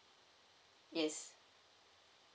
yes